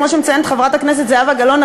כמו שמציינת חברת הכנסת זהבה גלאון,